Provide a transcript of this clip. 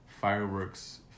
Fireworks